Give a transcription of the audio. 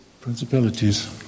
Principalities